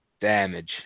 damage